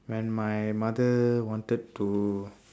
when my mother wanted to